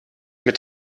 mit